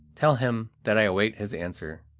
tell him that i await his answer.